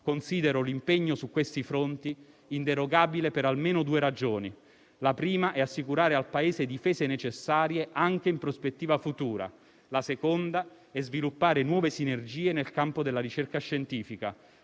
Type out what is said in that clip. Considero l'impegno su questi fronti inderogabile per almeno due ragioni: la prima è assicurare al Paese difese necessarie anche in prospettiva futura; la seconda è sviluppare nuove sinergie nel campo della ricerca scientifica,